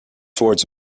towards